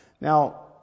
Now